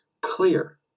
clear